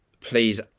please